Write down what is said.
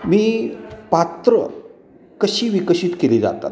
मी पात्र कशी विकशित केली जातात